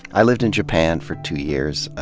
i lived in japan for two years,